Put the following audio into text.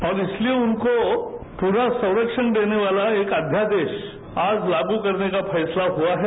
और इसलिए उनको पूरा संख्यण देने वाला एक अध्यादेश आज लागू करने का फैसला हुआ है